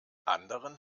anderen